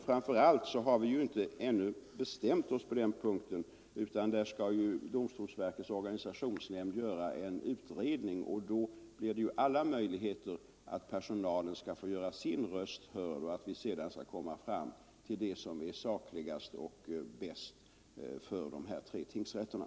Framför allt har vi ännu inte bestämt oss på den här punkten utan nu skall ju domstolsverkets organisationsnämnd göra en utredning. Och då blir det alla möjligheter för personalen att göra sin röst hörd så att vi sedan kan komma fram till det som är riktigast och bäst för de här tre tingsrätterna.